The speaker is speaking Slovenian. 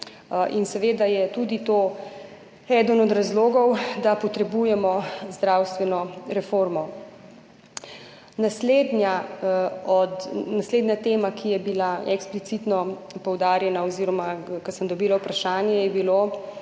Seveda je tudi to eden od razlogov, da potrebujemo zdravstveno reformo. Naslednja tema, ki je bila eksplicitno poudarjena oziroma vprašanje, ki